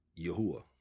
Yahuwah